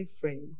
free